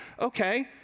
okay